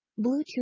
Bluetooth